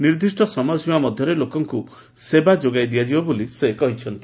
ନିର୍ଦ୍ଧିଷ୍ ସମୟସୀମା ମଧରେ ଲୋକଙ୍ଙୁ ସେବା ଯୋଗାଇ ଦିଆଯିବ ବୋଲି ସେ କହିଛନ୍ତି